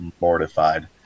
mortified